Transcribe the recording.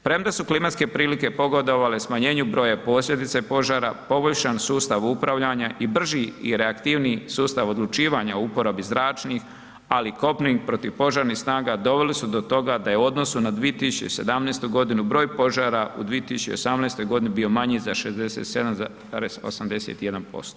Premda su klimatske prilike pogodovale smanjenju broja, posljedice požara, poboljšan sustav upravljanja i brži i reaktivni sustav odlučivanja u uporabi zračnih ali i kopnenih protivpožarnih snaga doveli do toga da je u odnosu na 2017. godinu broj požara u 2018. godini bio manji za 67,81%